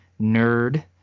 nerd